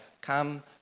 come